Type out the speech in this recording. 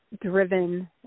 driven